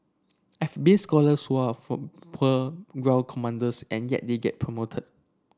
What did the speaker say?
I've been scholars who are of poor ground commanders and yet they get promoted